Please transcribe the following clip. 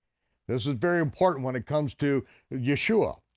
this is very important when it comes to yeshua.